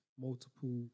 multiple